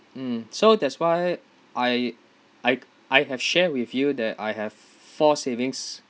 mm so that's why I I I have share with you that I have four savings